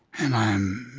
and i'm